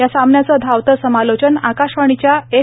या सामन्याचं धावतं समालोचन आकाशवाणीच्या एफ